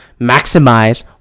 maximize